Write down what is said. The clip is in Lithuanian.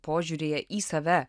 požiūryje į save